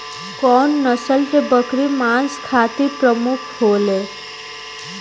कउन नस्ल के बकरी मांस खातिर प्रमुख होले?